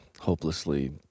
hopelessly